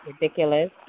ridiculous